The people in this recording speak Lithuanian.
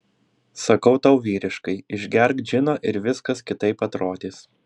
sakau tau vyriškai išgerk džino ir viskas kitaip atrodys